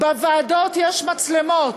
בוועדות יש מצלמות,